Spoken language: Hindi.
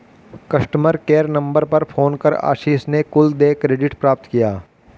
कस्टमर केयर नंबर पर फोन कर आशीष ने कुल देय क्रेडिट प्राप्त किया